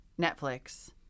Netflix